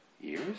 Years